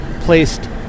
placed